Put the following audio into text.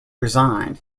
resigned